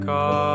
God